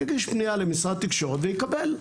יגיש פניה למשרד התקשורת ויקבל.